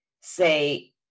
Say